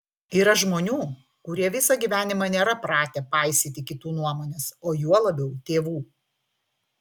yra žmonių kurie visą gyvenimą nėra pratę paisyti kitų nuomonės o juo labiau tėvų